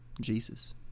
Jesus